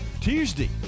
Tuesday